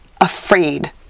afraid